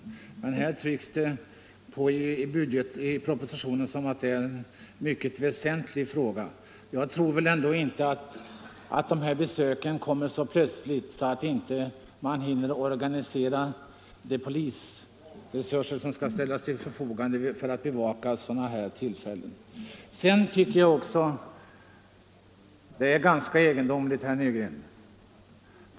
I budgetpropositionen trycker man på detta som en mycket väsentlig fråga, men jag tror inte att de här besöken kommer så plötsligt att man inte hinner organisera de polisresurser som skall ställas till förfogande för bevakning. Det här är ganska egendomligt, herr Nygren.